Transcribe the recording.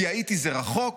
כי האיטי זה רחוק,